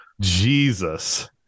jesus